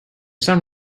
some